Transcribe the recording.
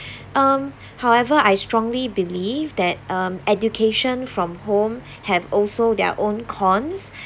um however I strongly believe that um education from home have also their own cons